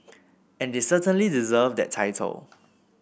and they certainly deserve that title